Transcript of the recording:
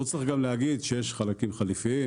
והוא צריך גם להגיד שיש חלקים חליפיים,